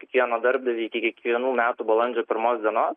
kiekvieno darbdaviui iki kiekvienų metų balandžio pirmos dienos